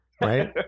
right